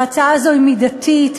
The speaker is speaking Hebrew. ההצעה הזאת היא מידתית,